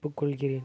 ஒப்புக்கொள்கிறேன்